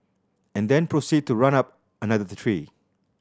and then proceed to run up another tree